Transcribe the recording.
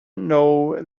know